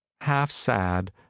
half-sad